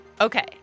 Okay